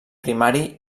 primari